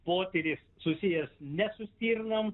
potyris susijęs ne su stirnom